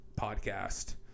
podcast